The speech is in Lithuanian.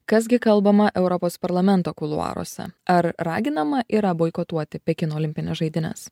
kas gi kalbama europos parlamento kuluaruose ar raginama yra boikotuoti pekino olimpines žaidynes